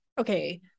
okay